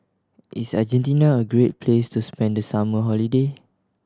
is Argentina a great place to spend the summer holiday